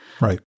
Right